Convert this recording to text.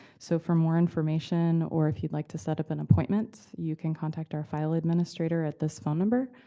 so for more information, or if you'd like to set up an appointment, you can contact our file administrator at this phone number.